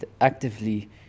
actively